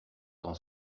dans